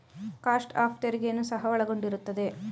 cost of ತೆರಿಗೆಯನ್ನು ಸಹ ಒಳಗೊಂಡಿರುತ್ತದೆ